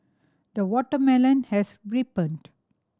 the watermelon has ripened